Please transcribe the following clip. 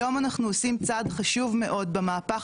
היום אנחנו עושים צעד חשוב מאוד במהפך